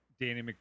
Danny